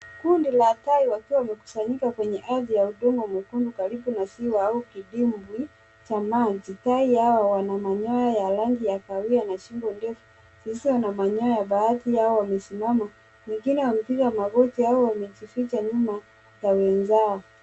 Kundi la tai wakiwa wamekusanyika kwenye ardhi ya udongo mwekundu karibu na ziwa au kidimbwi cha maji. Tai hawa wana manyoya ya rangi ya kahawia na shingo ndefu zisizo na manyoya. Baadhi yao wamesimama, wengine wamepiga magoti au kujificha nyuma ya wenzao.